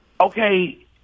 Okay